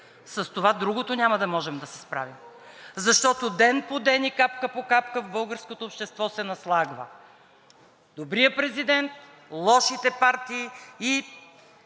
С това другото няма да можем да се справим, защото ден по ден и капка по капка в българското общество се наслагва – добрия президент, лошите партии и